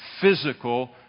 physical